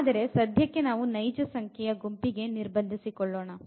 ಆದರೆ ಸಧ್ಯಕ್ಕೆ ನಾವು ನೈಜ ಸಂಖ್ಯೆಯ ಗುಂಪಿಗೆ ನಿರ್ಬಂಧಿಸಿಕೊಳ್ಳೋಣ